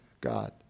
God